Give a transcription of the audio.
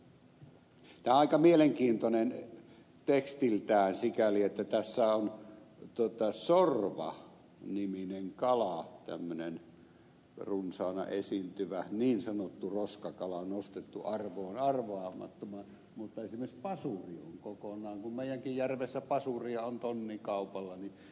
tämä on aika mielenkiintoinen tekstiltään sikäli että tässä on sorva niminen kala tämmöinen runsaana esiintyvä niin sanottu roskakala nostettu arvoon arvaamattomaan mutta esimerkiksi pasuri on kokonaan kun meidänkin järvessä pasuria on tonnikaupalla tässä jäänyt niin kuin ulkopuolelle